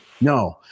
No